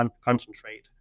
concentrate